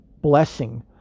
blessing